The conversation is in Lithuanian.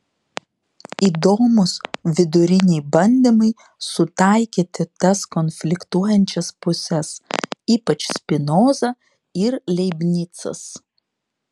įdomūs viduriniai bandymai sutaikyti tas konfliktuojančias puses ypač spinoza ir leibnicas